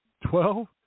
twelve